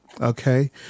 okay